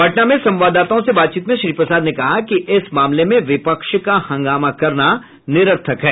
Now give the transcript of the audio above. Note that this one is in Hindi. पटना में संवाददाताओं से बातचीत में श्री प्रसाद ने कहा कि इस मामले में विपक्ष का हंगामा करना निरर्थक है